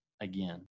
again